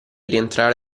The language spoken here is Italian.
rientrare